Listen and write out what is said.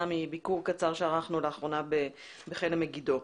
מביקור קצר שערכנו לאחרונה בכלא מגידו.